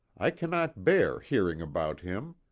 i cannot bear hearing about him.